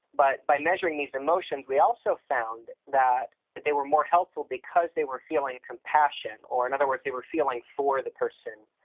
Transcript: but by measuring these emotions we also found that they were more helpful because they were feeling compassion. or in other words they were feeling for the person,